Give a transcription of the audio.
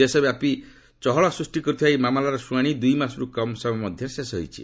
ଦେଶବ୍ୟାପୀ ଚହଳ ସୃଷ୍ଟି କରିଥିବା ଏହି ମାମଲାର ଶୁଶାଶି ଦୁଇ ମାସରୁ କମ୍ ସମୟ ମଧ୍ୟରେ ଶେଷ କରାଯାଇଛି